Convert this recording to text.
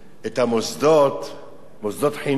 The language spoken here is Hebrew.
את מוסדות החינוך.